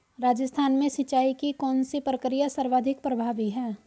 राजस्थान में सिंचाई की कौनसी प्रक्रिया सर्वाधिक प्रभावी है?